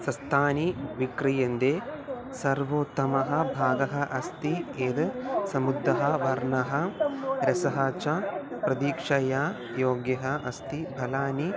सस्यानि विक्रीयन्ते सर्वोतमः भागः अस्ति यत् समृद्धः वर्णः रसः च प्रतीक्षया योग्यः अस्ति फलानि